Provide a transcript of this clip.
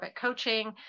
Coaching